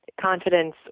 confidence